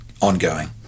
ongoing